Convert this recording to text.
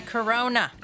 Corona